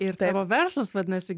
ir tavo verslas vadinasi